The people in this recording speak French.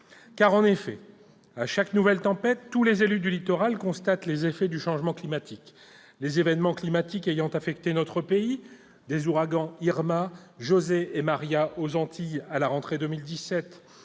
En effet, à chaque nouvelle tempête, tous les élus du littoral constatent les effets du changement climatique. Les événements climatiques ayant affecté notre pays- des ouragans Irma, José et Maria ayant touché les Antilles, à la rentrée 2017,